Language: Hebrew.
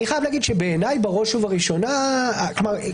אני חייב להגיד שבעיני בראש ובראשונה הלשון